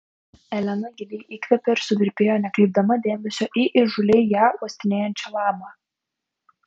elena giliai įkvėpė ir suvirpėjo nekreipdama dėmesio į įžūliai ją uostinėjančią lamą